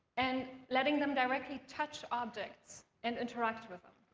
and letting them directly touch objects and interact with them.